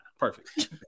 Perfect